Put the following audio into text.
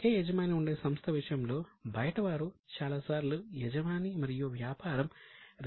ఒకే యజమాని ఉండే సంస్థ విషయంలో బయటవారు చాలాసార్లు యజమాని మరియు వ్యాపారం రెండింటిని ఒకటిగా కలిపి చూస్తారు